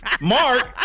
Mark